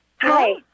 Hi